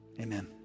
Amen